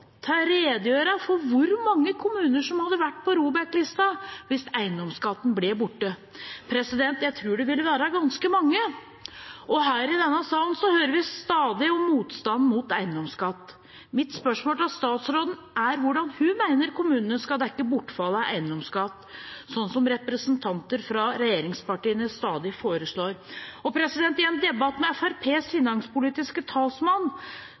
til å redegjøre for hvor mange kommuner som hadde vært på ROBEK-lista hvis eiendomsskatten ble borte. Jeg tror det ville være ganske mange. Her i denne salen hører vi stadig om motstanden mot eiendomsskatt. Mitt spørsmål til statsråden er hvordan hun mener kommunene skal dekke bortfallet av eiendomsskatt, sånn som representanter fra regjeringspartiene stadig foreslår. I en debatt med Fremskrittspartiets finanspolitiske talsmann